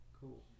Cool